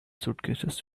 suitcases